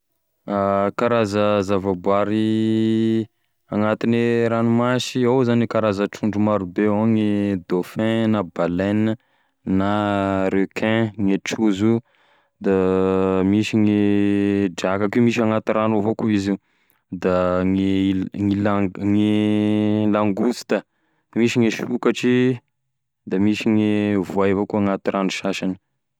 Karaza zavaboary agnatine ranomasy, ao zany e karaza-trondro maro: ao gne dauphin na baleine na requin, gne trozo io da misy gne drakaky io misy agnaty rano avao koa izy io da gne lang- gne langosta, misy gne sokatry, da misy voay avao koa agnaty rano sasany.